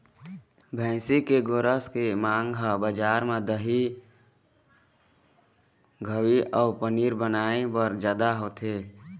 भइसी के गोरस के मांग ह बजार म दही, घींव अउ पनीर बनाए बर जादा होथे